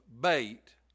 bait